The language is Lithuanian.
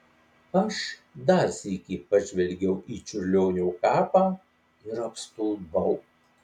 aš dar sykį pažvelgiau į čiurlionio kapą ir apstulbau